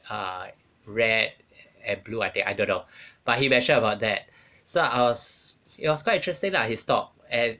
uh red and blue I think I don't know but he mention about that so I was it was quite interesting lah he stopped and